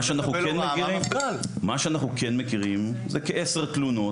מה שאנחנו כן מכירים זה כעשר תלונות,